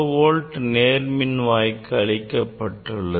0V நேர்மின்வாய்க்கு அளிக்கப்பட்டுள்ளது